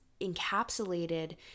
encapsulated